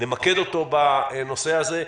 למקד אותו בנושא הזה,